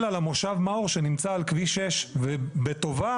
אלא למושב מאור שנמצא על כביש 6. ובטובה